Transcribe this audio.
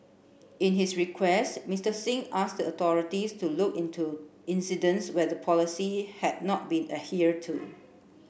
in his request Mr Singh asked the authorities to look into incidents where the policy had not been adhered to